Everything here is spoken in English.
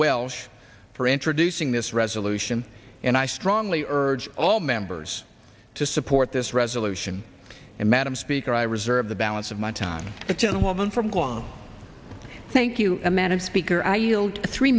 welsh for introducing this resolution and i strongly urge all members to support this resolution and madam speaker i reserve the balance of my time gentleman from long thank you